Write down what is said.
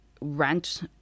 rent